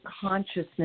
consciousness